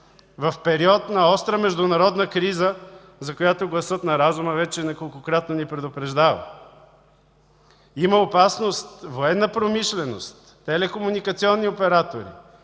в период на остра международна криза, за която „гласът на разума” вече неколкократно ни предупреждава. Има опасност военна промишленост, телекомуникационни оператори,